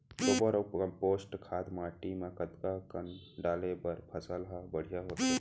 गोबर अऊ कम्पोस्ट खाद माटी म कतका कन डाले बर फसल ह बढ़िया होथे?